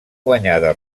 guanyada